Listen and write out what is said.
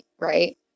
Right